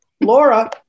Laura